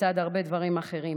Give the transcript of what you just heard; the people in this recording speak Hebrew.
לצד הרבה דברים אחרים.